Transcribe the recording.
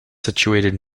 situated